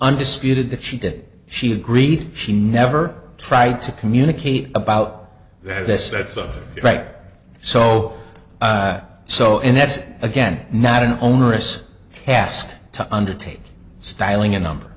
undisputed that she did she agreed she never tried to communicate about this i thought it right so so in that's again not an onerous task to undertake styling a number